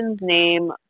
name